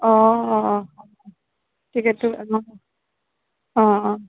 অ টিকেটটো অ অ